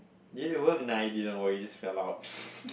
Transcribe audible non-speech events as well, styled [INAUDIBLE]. didn't it work nah it didn't work it just fell out [LAUGHS]